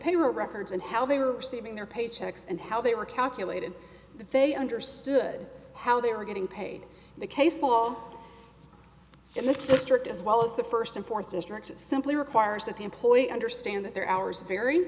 paper records and how they were receiving their paychecks and how they were calculated that they understood how they were getting paid in the case law in this district as well as the first and fourth district simply requires that the employee understand that their hours vary